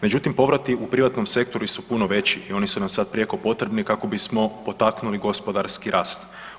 Međutim povrati u privatnom sektoru su puno veći i oni su nam sad prijeko potrebni kako bismo potaknuli gospodarski rast.